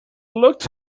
looked